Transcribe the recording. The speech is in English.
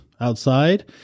Outside